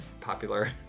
popular